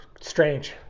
Strange